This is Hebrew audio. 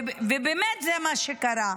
ובאמת זה מה שקרה.